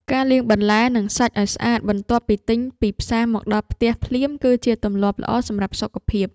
ការលាងបន្លែ និងសាច់ឱ្យស្អាតបន្ទាប់ពីទិញពីផ្សារមកដល់ផ្ទះភ្លាម គឺជាទម្លាប់ល្អសម្រាប់សុខភាព។